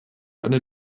eine